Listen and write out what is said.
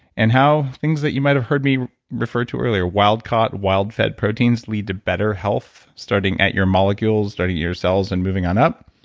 and how things that you might've heard me refer to earlier, wild-caught, wild-fed proteins lead to better health starting at your molecules, starting at your cells and moving on up.